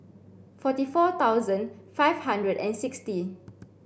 forty four thousand five hundred and sixty